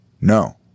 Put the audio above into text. No